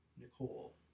Nicole